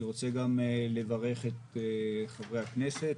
אני רוצה גם לברך את חברי הכנסת,